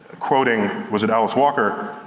quoting, was it alice walker?